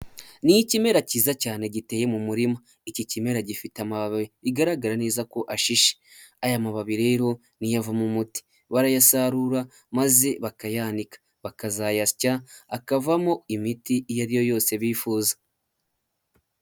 Ni ikimera cyiza cyane giteye mu murima, iki kimera gifite amababi bigaragara neza ko ashishe, aya mababi rero niyo avamo umuti barayasarura maze bakayanika bakazayasya akavamo imiti iyo ari yo yose bifuza.